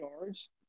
yards